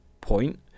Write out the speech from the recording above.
point